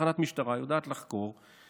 תחנת משטרה יודעת לחקור.